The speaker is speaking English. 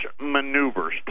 maneuvers